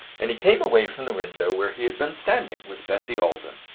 and he came away from the window, where he had been standing with bessie alden.